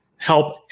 help